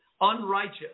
unrighteous